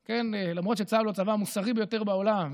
למרות שצה"ל הוא הצבא המוסרי ביותר בעולם,